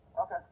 Okay